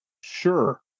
Sure